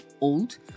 old